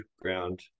ground